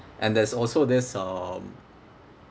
and there's also this um